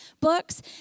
books